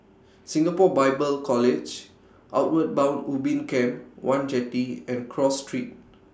Singapore Bible College Outward Bound Ubin Camp one Jetty and Cross Street